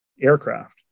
aircraft